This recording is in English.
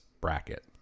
bracket